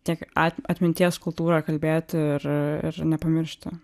tiek at atminties kultūrą kalbėti ir ir nepamiršti